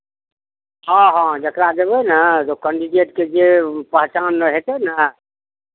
हँ हँ जकरा देबै ने ओहि कन्डिडेटके जे पहचान हेतै ने